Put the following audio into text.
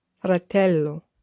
Fratello